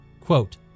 Quote